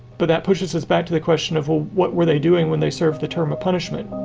but that pushes us back to the question of of what were they doing when they served the term a punishment?